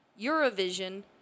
Eurovision